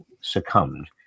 succumbed